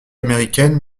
américaines